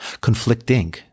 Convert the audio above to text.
Conflicting